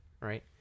right